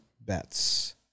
bets